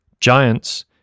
Giants